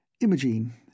Imogene